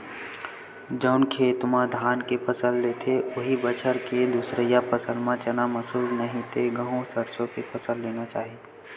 जउन खेत म धान के फसल लेथे, उहीं बछर के दूसरइया फसल म चना, मसूर, नहि ते गहूँ, सरसो के फसल लेना चाही